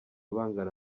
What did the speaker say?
bangana